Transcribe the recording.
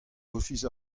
ofis